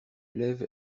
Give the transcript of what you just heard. lève